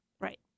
Right